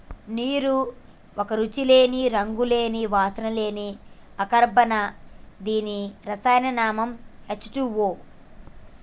నీరు ఒక రుచి లేని, రంగు లేని, వాసన లేని అకర్బన దీని రసాయన నామం హెచ్ టూవో